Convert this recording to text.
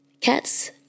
cats